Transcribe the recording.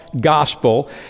gospel